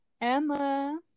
Emma